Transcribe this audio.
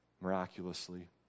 Miraculously